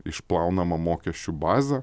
išplaunama mokesčių baze